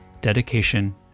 dedication